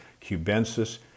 cubensis